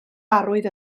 arwydd